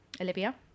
Olivia